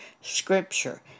Scripture